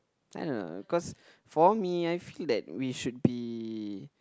I don't know cause for me I feel that we should be